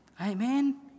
Amen